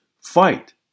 fight